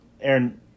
Aaron